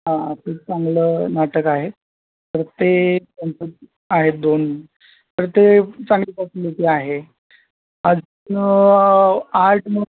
हां ते चांगलं नाटक आहे तर ते त्यांचं आहेत दोन तर ते चांगली पर्सनॅलिटी आहे आर्टम